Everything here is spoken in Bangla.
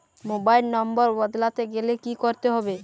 মোবাইল নম্বর বদলাতে গেলে কি করতে হবে?